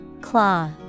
Claw